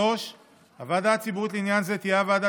3. הוועדה הציבורית לעניין זה תהיה הוועדה